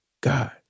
God